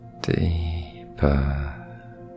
deeper